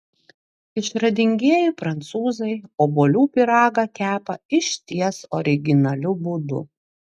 išradingieji prancūzai obuolių pyragą kepa išties originaliu būdu